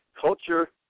culture